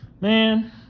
man